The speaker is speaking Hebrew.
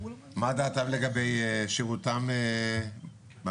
מה דעתם לגבי שירותם במשטרה,